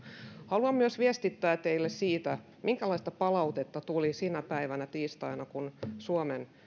haluan myös viestittää teille siitä minkälaista palautetta tuli sinä päivänä tiistaina kun